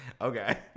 Okay